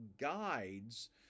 guides